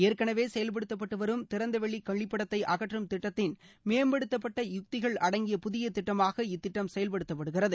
ஏற்கனவே செயல்படுத்தப்பட்டு வரும் திறந்தவெளிக் கழிப்பிடத்தை அகற்றும் திட்டத்தின் மேம்படுத்தப்பட்ட யுக்திகள் அடங்கிய புதிய திட்டமாக இத்திட்டம் செயல்படுத்தப்படுகிறது